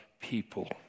People